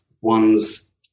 one's